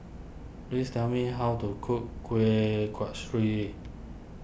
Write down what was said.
please tell me how to cook Kueh Kasturi